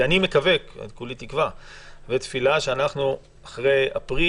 כולי תקווה ותפילה שאחרי אפריל,